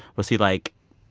was he like,